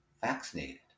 vaccinated